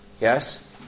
Yes